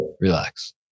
Relax